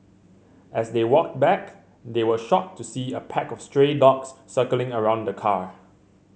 as they walked back they were shocked to see a pack of stray dogs circling around the car